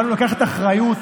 באנו לקחת אחריות,